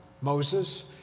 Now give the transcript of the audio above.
Moses